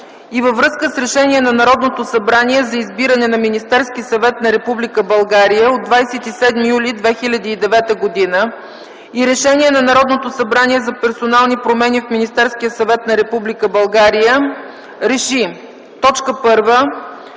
и във връзка с Решение на Народното събрание за избиране на Министерски съвет на Република България от 27 юли 2009 г. и Решение на Народното събрание за персонални промени в Министерския съвет на Република България РЕШИ: 1.